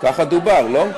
ככה דובר, לא?